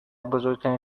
بزرگترین